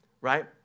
Right